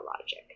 logic